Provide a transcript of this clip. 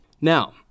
Now